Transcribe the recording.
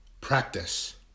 Practice